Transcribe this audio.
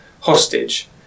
hostage